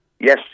Yes